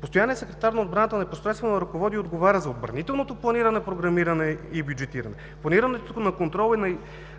„Постоянният секретар на отбраната непосредствено ръководи и отговаря за отбранителното планиране, програмиране и бюджетиране; планирането и контрола